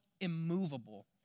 immovable